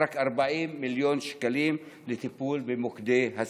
רק 40 מיליון שקלים לטיפול במוקדי הסיכון.